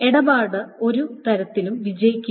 ഇടപാട് ഒരു തരത്തിലും വിജയിക്കില്ല